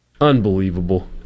Unbelievable